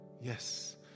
yes